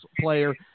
player